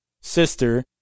sister